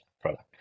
product